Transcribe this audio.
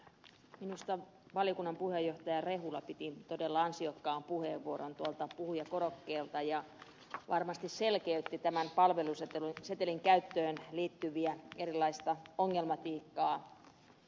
minusta valiokunnan puheenjohtaja rehula piti todella ansiokkaan puheenvuoron tuolta puhujakorokkeelta ja varmasti selkeytti tämän palvelusetelin käyttöön liittyvää erilaista ongelmatiikkaa